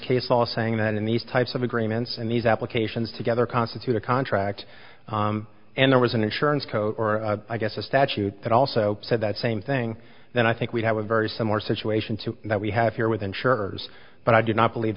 case law saying that in these types of agreements and these applications together constitute a contract and there was an insurance code or i guess a statute that also said that same thing then i think we have a very similar situation to that we have here with insurers but i do not believe